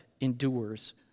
endures